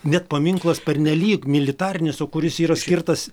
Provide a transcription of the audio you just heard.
net paminklas pernelyg militarinis o kuris yra skirtas